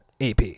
AP